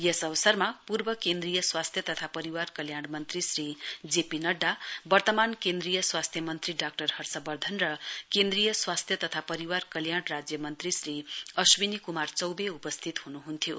यस अवसरमा पूर्व केन्द्रीय स्वास्थ्य तथा परिवार कल्याण मन्त्री श्री जे पी नड्डा वर्तमान केन्द्रीय स्वास्थ्य मन्त्री डाक्टर हर्षवर्धन र केन्द्रीय स्वास्थ्य तथा परिवार कल्याण राज्यमन्त्री श्री अश्विनी कुमार चौवे उपस्थित हुनुहुन्थ्यो